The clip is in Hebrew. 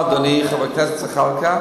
תתפלא לשמוע, אדוני חבר הכנסת זחאלקה,